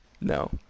No